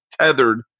tethered